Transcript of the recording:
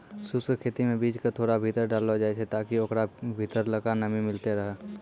शुष्क खेती मे बीज क थोड़ा भीतर डाललो जाय छै ताकि ओकरा भीतरलका नमी मिलतै रहे